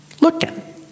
looking